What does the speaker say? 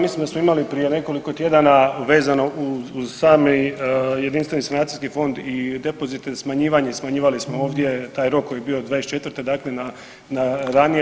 Mislim da smo imali prije nekoliko tjedana vezano uz sami jedinstveni sanacijski fond i depozite smanjivali smo, smanjivali smo ovdje taj rok koji je bio 2024. dakle na ranije.